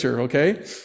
okay